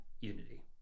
unity